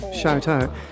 shout-out